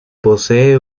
posee